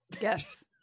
Yes